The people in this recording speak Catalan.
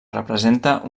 representa